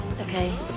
Okay